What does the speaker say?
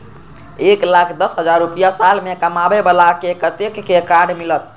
एक लाख दस हजार रुपया साल में कमाबै बाला के कतेक के कार्ड मिलत?